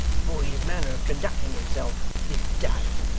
for his manner of conducting himself this day